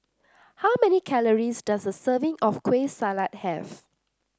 how many calories does a serving of Kueh Salat have